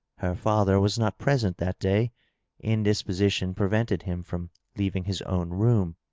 her fiither was not present, that day indisposition prevented him from leaving his own room.